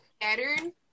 pattern